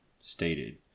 stated